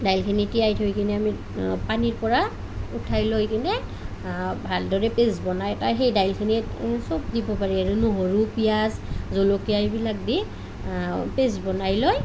দাইলখিনি তিয়াই থৈ কিনে আমি পানীৰ পৰা উঠাই লৈ কিনে ভালদৰে পেষ্ট বনাই তাৰ সেই দাইলখিনিয়ে সব দিব পাৰি আৰু নহৰু পিঁয়াজ জলকীয়া এইবিলাক দি পেষ্ট বনাই লৈ